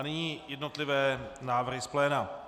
Nyní jednotlivé návrhy z pléna.